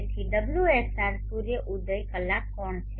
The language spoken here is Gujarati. તેથી ωsr સૂર્ય ઉદય કલાક કોણ છે